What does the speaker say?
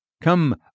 Come